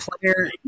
player